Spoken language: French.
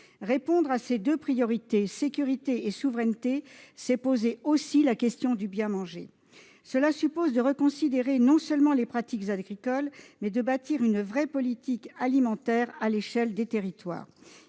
Répondre à ces deux priorités, sécurité et souveraineté, c'est poser aussi la question du bien manger. Cela suppose de reconsidérer les pratiques agricoles, mais aussi de bâtir une vraie politique alimentaire à l'échelle des territoires.